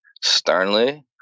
sternly